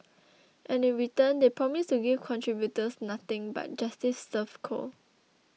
and in return they promise to give contributors nothing but justice served cold